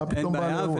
מה פתאום בעל האירוע?